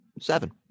Seven